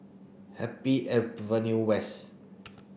Happy Avenue West